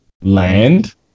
land